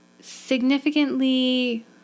significantly